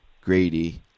Grady